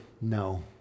no